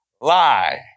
lie